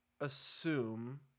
assume